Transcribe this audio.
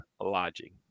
Lodging